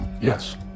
Yes